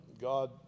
God